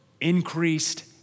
increased